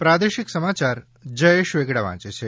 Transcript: પ્રાદેશિક સમાચાર જયેશ વેગડા વાંચે છે